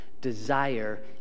Desire